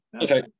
Okay